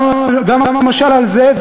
גם המשל על "זאב,